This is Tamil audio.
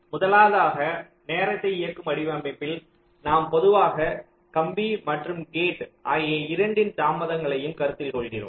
முதலாவதாக நேரத்தை இயக்கும் வடிவமைப்பில் நாம் பொதுவாக கம்பி மற்றும் கேட் அகிய இரண்டின் தாமதங்களையும் கருத்தில் கொள்கிறோம்